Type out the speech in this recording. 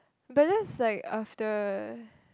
but that's like after